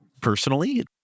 personally